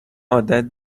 عادت